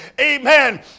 Amen